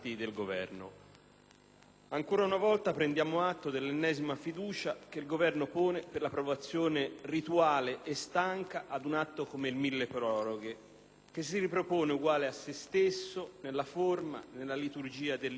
ancora una volta prendiamo atto dell'ennesima fiducia che il Governo pone per l'approvazione rituale e stanca ad un atto come il milleproroghe, che si ripropone uguale a sé stesso nella forma, nella liturgia dell'*iter* d'approvazione